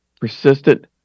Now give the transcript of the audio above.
persistent